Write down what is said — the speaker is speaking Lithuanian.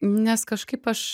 nes kažkaip aš